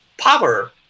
power